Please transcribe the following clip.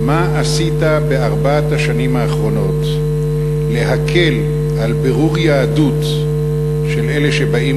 מה עשית בארבע השנים האחרונות להקל על בירור יהדות של אלה שבאים